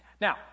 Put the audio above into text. Now